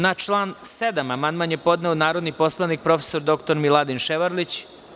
Na član 7. amandman je podneo narodni poslanik prof. dr Miladin Ševarlić.